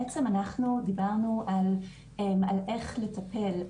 אנחנו דיברנו על איך לטפל,